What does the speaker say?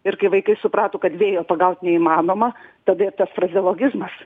ir kai vaikai suprato kad vėjo pagaut neįmanoma tada ir tas frazeologizmas